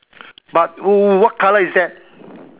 but wh~ what colour is that